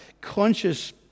conscious